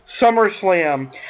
SummerSlam